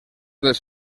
dels